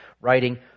writing